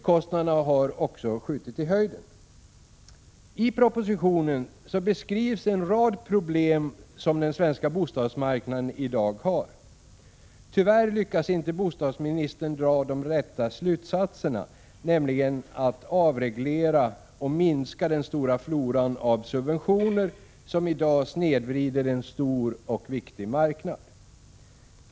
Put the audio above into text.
Kostnaderna har också skjutit i höjden. I propositionen beskrivs en rad problem som den svenska bostadsmarknaden har i dag. Tyvärr lyckas inte bostadsministern dra de rätta slutsatserna, nämligen att man måste avreglera och minska den stora floran av subventioner som i dag snedvrider en stor och viktig marknad.